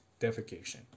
defecation